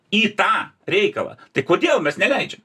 į tą reikalą tai kodėl mes neleidžiam